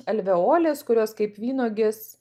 alveolės kurios kaip vynuogės